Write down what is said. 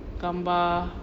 gambar